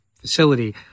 facility